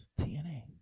TNA